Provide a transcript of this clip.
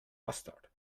mustard